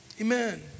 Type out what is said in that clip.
Amen